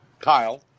Kyle